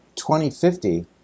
2050